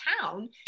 town